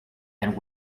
and